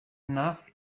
enough